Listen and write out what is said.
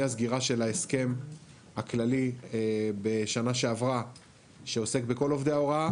מהסגירה של ההסכם הכללי בשנה שעברה שעוסק בכל עובדי ההוראה,